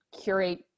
curate